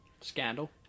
scandal